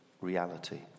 reality